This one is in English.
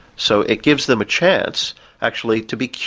so it gives them a chance actually to be